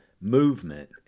movement